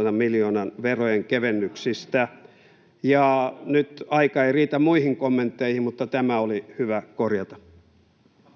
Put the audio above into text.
100—200 miljoonan verojenkevennyksistä. — Nyt aika ei riitä muihin kommentteihin, mutta tämä oli hyvä korjata.